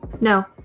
No